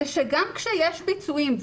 זה שגם כשיש ביצועים,